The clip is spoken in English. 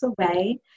away